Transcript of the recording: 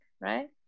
right